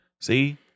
See